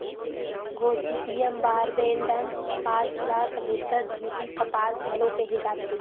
Gossypium barbadense कपास ल समुद्दर द्वितीय कपास घलो केहे जाथे